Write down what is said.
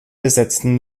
besetzen